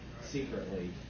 secretly